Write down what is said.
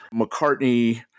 McCartney